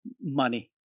money